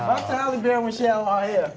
oh yeah